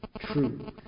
true